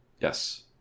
Yes